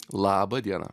labą dieną